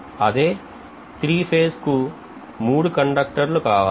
అదే త్రీఫేజ్ కు మూడు కండక్టర్ లు కావాలి